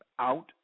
Out